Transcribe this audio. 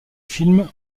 film